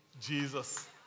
Jesus